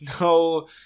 No